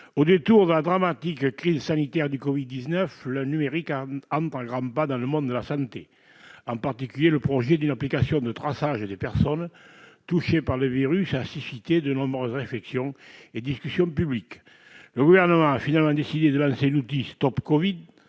Au détour de la dramatique crise sanitaire du Covid-19, le numérique entre à grands pas dans le monde de la santé. En particulier, le projet d'une application de traçage des personnes touchées par le virus a suscité de nombreuses réflexions et discussions publiques. Le Gouvernement a finalement décidé de lancer l'outil StopCovid,